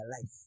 life